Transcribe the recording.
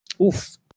Oof